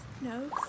No